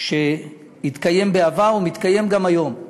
שהתקיים בעבר ומתקיים גם היום.